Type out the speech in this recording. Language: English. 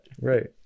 right